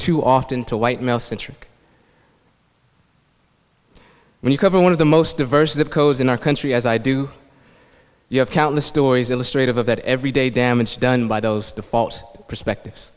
to often to white male centric when you cover one of the most diverse that goes in our country as i do you have countless stories illustrate of of that every day damage done by those default perspectives